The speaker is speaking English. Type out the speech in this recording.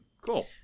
Cool